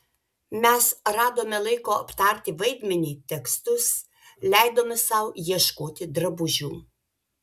mes radome laiko aptarti vaidmenį tekstus leidome sau ieškoti drabužių